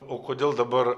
o kodėl dabar